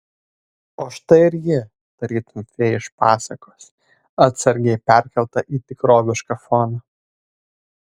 o štai ir ji tarytum fėja iš pasakos atsargiai perkelta į tikrovišką foną